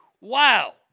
Wow